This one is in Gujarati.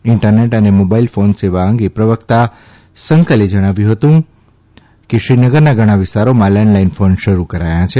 ઇન્ટરનેટ અને મોબાઇલ ફોન સેવા અંગે પ્રવકતા કંસલે જણાવ્યું કે શ્રીનગરના ઘણા વિસ્તારોમાં લેન્ડલાઇન ફોન શરૂ કરાયા છે